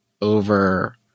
over